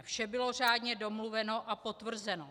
Vše bylo řádně domluveno a potvrzeno.